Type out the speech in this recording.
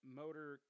motor